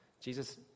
Jesus